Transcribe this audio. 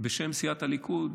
בשם סיעת הליכוד,